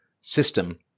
system